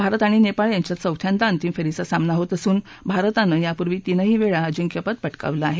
भारत आणि नेपाळ यांच्यात चौथ्यांदा अंतिम फेरीचा सामना होत असून भारतनं यापूर्वी तीनही वेळा अंजिक्य पद पटकावलं आहे